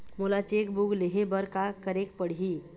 मोला cheque book लेहे बर का केरेक पढ़ही?